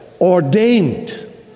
ordained